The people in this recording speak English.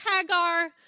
Hagar